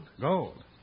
Gold